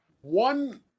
one